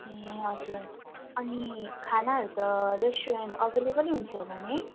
ए हजुर अनि खानाहरू त रेस्टुरेन्ट अभाइलेवलै हुन्छ होला नि